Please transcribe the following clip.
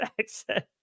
accent